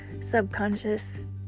subconscious